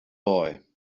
boy